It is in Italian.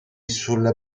sulla